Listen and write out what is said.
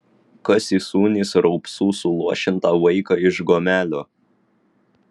kas įsūnys raupsų suluošintą vaiką iš gomelio